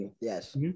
yes